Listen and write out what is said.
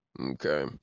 Okay